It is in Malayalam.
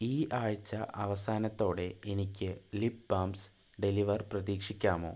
ഈ ആഴ്ച അവസാനത്തോടെ എനിക്ക് ലിപ് ബാംസ് ഡെലിവർ പ്രതീക്ഷിക്കാമോ